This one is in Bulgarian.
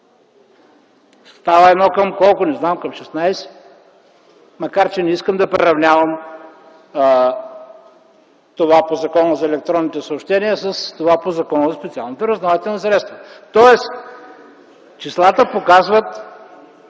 Става 1:16, макар че не искам да приравнявам това по Закона за електронните съобщения с това по Закона за специалните разузнавателни средства. Тоест числата показват,